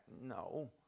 No